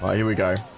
here we go?